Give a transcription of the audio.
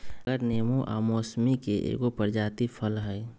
गागर नेबो आ मौसमिके एगो प्रजाति फल हइ